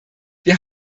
wir